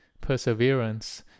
perseverance